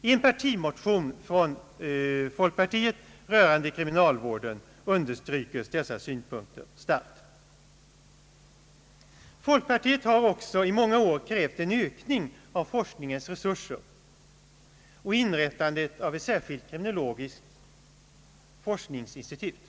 I en partimotion från folkpartiet rörande kriminalvården understryks dessa synpunkter starkt. Folkpartiet har också under många år krävt en ökning av forskningens resurser och inrättandet av ett särskilt kriminologiskt forskningsinstitut.